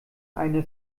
eine